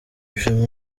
ishema